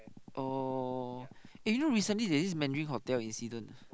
oh eh you know recently there is this Mandarin-Hotel incident ah